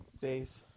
days